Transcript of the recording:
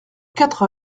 quatre